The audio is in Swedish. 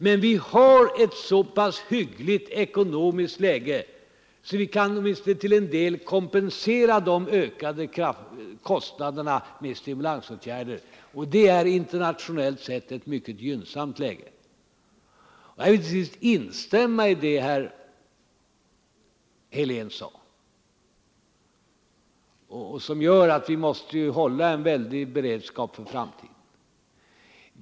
Men vårt ekonomiska läge är så pass hyggligt att vi åtminstone till en del kan kompensera de ökade kostnaderna med stimulansåtgärder och det är internationellt sett ett mycket gynnsamt läge. Jag instämmer i vad herr Helén sade, att vi måste hålla en mycket hög beredskap för framtiden.